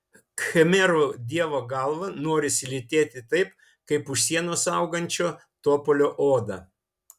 khmerų dievo galvą norisi lytėti taip kaip už sienos augančio topolio odą